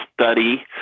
study